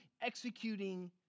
executing